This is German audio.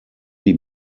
die